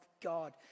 God